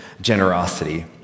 generosity